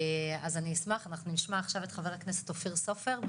אז אשמח אנחנו נשמע עכשיו את חבר הכנסת אופיר סופר,